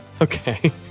Okay